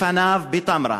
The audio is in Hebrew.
לפניו בטתרה,